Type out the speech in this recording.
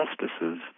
justices